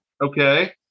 Okay